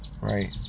right